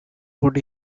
would